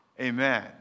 Amen